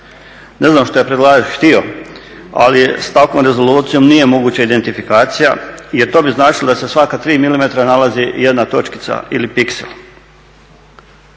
Ne znam što je predlagač htio ali s takvom rezolucijom nije moguća identifikacija jer to bi značilo da se svaka tri milimetra nalazi jedna točkica ili pixel.